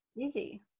easy